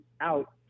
out